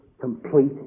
complete